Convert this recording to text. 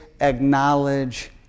acknowledge